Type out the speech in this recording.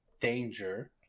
danger